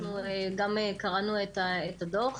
קראנו את הדוח.